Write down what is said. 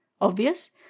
Obvious